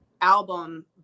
album